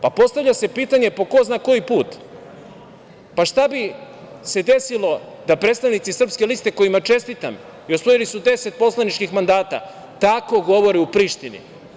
Postavlja se pitanje po ko zna koji put, šta bi se desilo da predstavnici Srpske liste, kojima čestitam, osvojili su deset poslaničkih mandata, tako govore u Prištini?